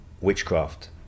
witchcraft